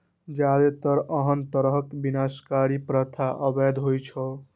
जादेतर एहन तरहक विनाशकारी प्रथा अवैध होइ छै